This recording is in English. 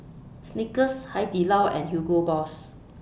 Snickers Hai Di Lao and Hugo Boss